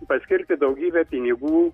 paskirti daugybę pinigų